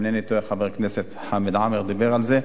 אם אינני טועה, חבר הכנסת חמד עמאר דיבר על זה.